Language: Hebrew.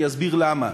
אני אסביר למה: